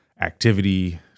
activity